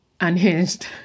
unhinged